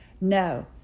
no